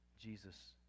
Jesus